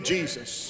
Jesus